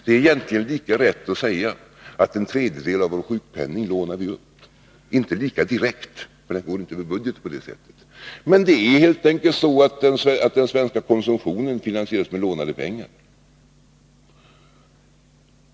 Det är egentligen lika lätt att säga att vi lånar upp en wedjedel av vår sjukpenning — inte lika direkt, eftersom det inte går över budgeten på samma sätt. Men det är helt enkelt så att den svenska konsumtionen finansieras med lånade pengar.